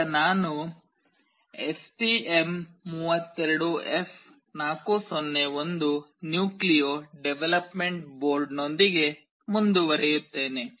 ಈಗ ನಾನು STM32F401 nucleo development ಬೋರ್ಡ್ನೊಂದಿಗೆ ಮುಂದುವರಿಯುತ್ತೇನೆ